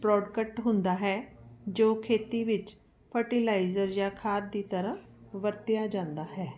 product ਹੁੰਦਾ ਹੈ ਜੋ ਖੇਤੀ ਵਿੱਚ ਫਰਟੀਲਾਈਜ਼ਰ ਜਾਂ ਖਾਦ ਦੀ ਤਰ੍ਹਾਂ ਵਰਤਿਆ ਜਾਂਦਾ ਹੈ